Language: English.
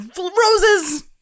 roses